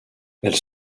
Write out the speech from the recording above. elles